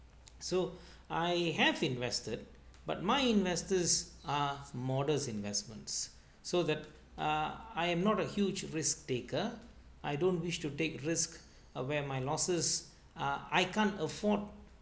so I have invested but my investors are modest investments so that ah I am not a huge risk taker I don't wish to take risk aware my losses ah I can't afford